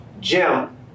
Jim